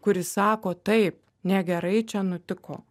kuris sako taip negerai čia nutiko